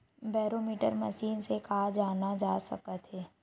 Barometer machine से का जाना जा सकत हे?